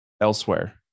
elsewhere